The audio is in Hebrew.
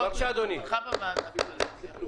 ובטח באוכלוסיות הללו.